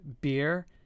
beer